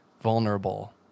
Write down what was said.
vulnerable